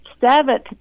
seventh